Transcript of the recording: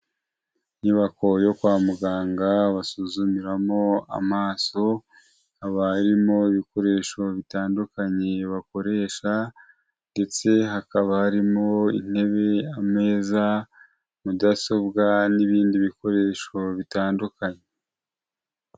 Inyubako yo kwa muganga basuzumiramo amaso, haba harimo ibikoresho bitandukanye bakoresha ndetse hakaba harimo intebe, ameza, mudasobwa n'ibindi bikoresho bitandukanye.